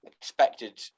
expected